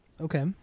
Okay